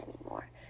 anymore